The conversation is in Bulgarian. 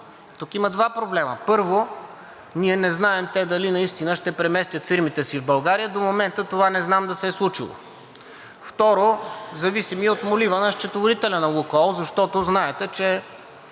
Тук има два проблема. Първо, ние не знаем те дали наистина ще преместят фирмите си в България. До момента това не знам да се е случило. Второ, зависим и от молива на счетоводителя на „Лукойл“, защото знаете, че